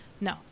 No